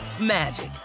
magic